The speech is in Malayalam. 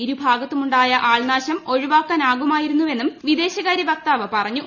ഇരുഭാഗത്തുമുണ്ടായ ആൾനാൾം ഒഴിവാക്കാനാകുമായിരുന്നുവെന്നും പൂർവിദേശകാര്യവക്താവ് പറഞ്ഞു